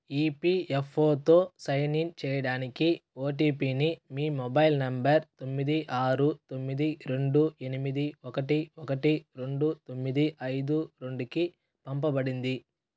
ఈపిఎఫ్ఓతో sign in చేయడానికి ఓటిపిని మీ మొబైల్ నెంబర్ తొమ్మిది ఆరు తొమ్మిది రెండు ఎనిమిది ఒకటి ఒకటి రెండు తొమ్మిది ఐదు రెండుకి పంపబడింది